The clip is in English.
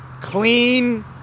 clean